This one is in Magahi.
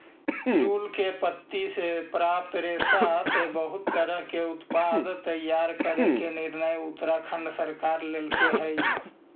पिरुल के पत्ति से प्राप्त रेशा से बहुत तरह के उत्पाद तैयार करे के निर्णय उत्तराखण्ड सरकार लेल्के हई